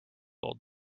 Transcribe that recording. old